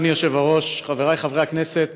אדוני היושב-ראש, חברי חברי הכנסת,